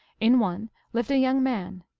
in. one lived a young man,